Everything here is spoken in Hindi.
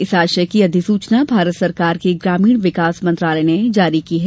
इस आशय की अधिसुचना भारत सरकार के ग्रामीण विकास मंत्रालय ने जारी की है